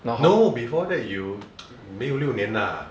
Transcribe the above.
no before that you 没有六年 lah